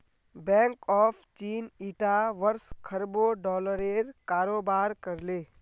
bank of चीन ईटा वर्ष खरबों डॉलरेर कारोबार कर ले